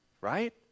Right